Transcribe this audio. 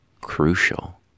crucial